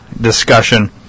discussion